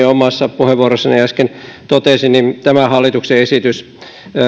omassa puheenvuorossani äsken totesin niin tämä hallituksen esitys